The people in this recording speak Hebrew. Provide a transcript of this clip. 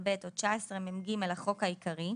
15ב או 19מג לחוק העיקרי,